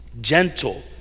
gentle